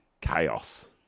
chaos